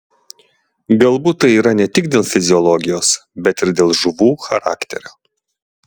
galbūt taip yra ne tik dėl fiziologijos bet ir dėl žuvų charakterio